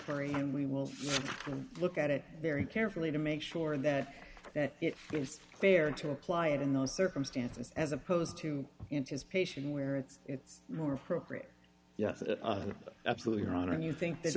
vary and we will look at it very carefully to make sure that that is fair and to apply it in those circumstances as opposed to anticipation where it's it's more appropriate yes absolutely your honor and you think th